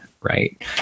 Right